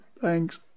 Thanks